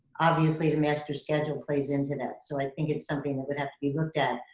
obviously the master schedule plays into that, so i think it's something that would have to be looked at.